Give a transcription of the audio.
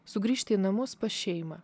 sugrįžti į namus pas šeimą